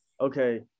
okay